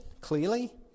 clearly